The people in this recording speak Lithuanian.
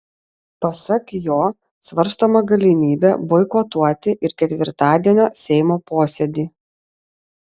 pasak jo svarstoma galimybė boikotuoti ir ketvirtadienio seimo posėdį